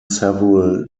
several